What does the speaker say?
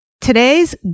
Today's